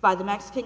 by the mexican